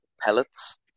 pellets